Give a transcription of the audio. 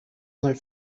molt